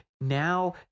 now